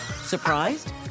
Surprised